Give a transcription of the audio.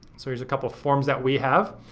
so here's a couple forms that we have.